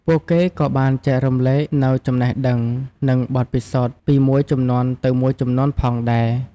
ពួកគេក៏បានចែករំលែកនូវចំណេះដឹង និងបទពិសោធន៍ពីមួយជំនាន់ទៅមួយជំនាន់ផងដែរ។